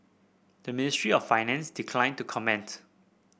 the Ministry of Finance declined to comment